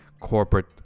corporate